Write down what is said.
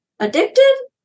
Addicted